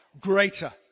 greater